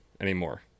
anymore